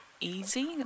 easy